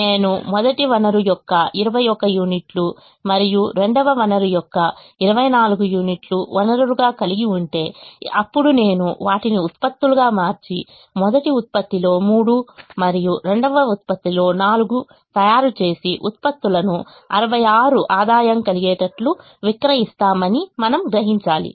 నేను మొదటి వనరు యొక్క 21 యూనిట్లు మరియు రెండవ వనరు యొక్క 24 యూనిట్లు వనరులుగా కలిగి ఉంటే అప్పుడు నేను వాటిని ఉత్పత్తులుగా మార్చి మొదటి ఉత్పత్తిలో మూడు మరియు రెండవ ఉత్పత్తిలో నాలుగు తయారు చేసి ఉత్పత్తులను 66 ఆదాయం కలిగేటట్లు విక్రయిస్తామని అని మనం గ్రహించాలి